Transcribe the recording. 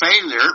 failure